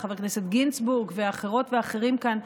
חבר הכנסת גינזבורג ואחרות ואחרים כאן,